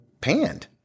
panned